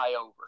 over